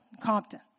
Compton